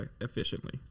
efficiently